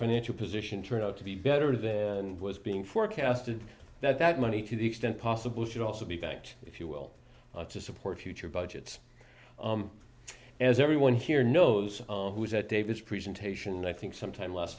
financial position turned out to be better than was being forecasted that that money to the extent possible should also be backed if you will to support future budgets as everyone here knows who is at davis presentation i think sometime last